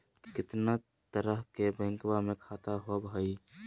कितना तरह के बैंकवा में खाता होव हई?